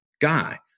guy